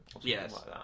Yes